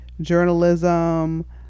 journalism